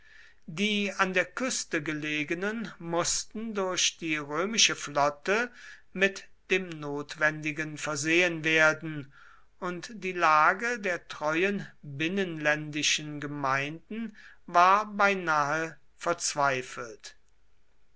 die an der küste gelegenen mußten durch die römische flotte mit dem notwendigen versehen werden und die lage der treuen binnenländischen gemeinden war beinahe verzweifelt